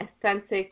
authentic